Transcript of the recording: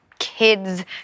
Kids